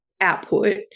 output